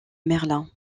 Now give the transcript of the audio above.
merlin